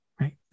Right